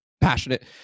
passionate